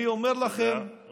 אני אומר לכם,